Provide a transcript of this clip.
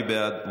מי בעד?